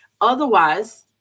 Otherwise